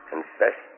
Confess